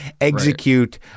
execute